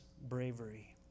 bravery